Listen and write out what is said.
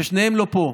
ושניהם לא פה.